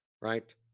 right